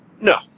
No